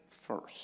first